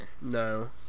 no